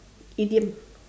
idiom